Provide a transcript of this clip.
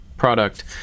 product